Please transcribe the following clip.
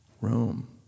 Rome